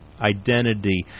identity